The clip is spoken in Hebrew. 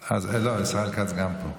ישראל כץ גם פה.